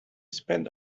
spent